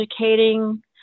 educating